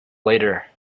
later